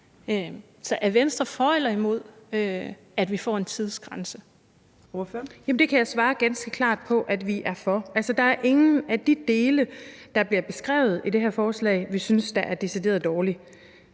Torp): Ordføreren. Kl. 15:18 Britt Bager (V): Det kan jeg sige ganske klart at vi er for. Der er ingen af de dele, der bliver beskrevet i det her forslag, vi synes er decideret dårlige.